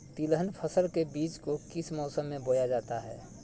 तिलहन फसल के बीज को किस मौसम में बोया जाता है?